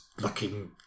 looking